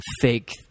Fake